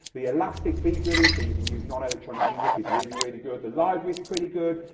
the elastic beatgridding so you can use non-electronic music is really really good. the library's pretty good.